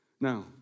Now